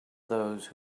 those